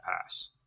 pass